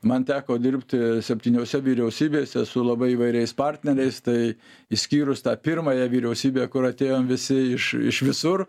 man teko dirbti septyniose vyriausybėse su labai įvairiais partneriais tai išskyrus tą pirmąją vyriausybę kur atėjom visi iš iš visur